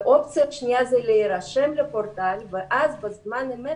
אופציה שנייה זה להירשם לפורטל ואז בזמן אמת